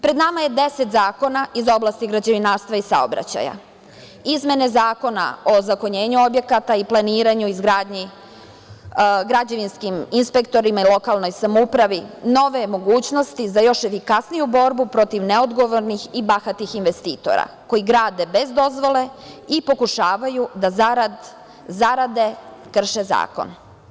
Pred nama je deset zakona iz oblasti građevinarstva i saobraćaja, izmene Zakona o ozakonjenju objekata i planiranju i izgradnji, građevinskim inspektorima i lokalnoj samoupravi, nove mogućnosti za još efikasniju borbu protiv neodgovornih i bahatih investitora koji grade bez dozvole i pokušavaju da zarad zarade krše zakon.